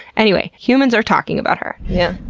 anyway, humans are talking about her. yeah